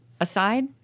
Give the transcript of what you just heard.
aside